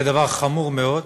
זה דבר חמור מאוד,